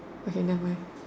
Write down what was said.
okay nevermind